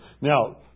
Now